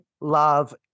love